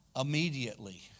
immediately